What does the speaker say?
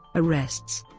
arrests